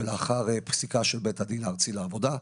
ולאחר פסיקה של בית הדין הארצי לעבודה,